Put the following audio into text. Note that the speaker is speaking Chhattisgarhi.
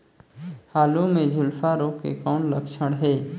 आलू मे झुलसा रोग के कौन लक्षण हे?